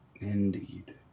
Indeed